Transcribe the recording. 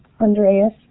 Andreas